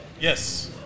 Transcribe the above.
Yes